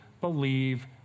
believe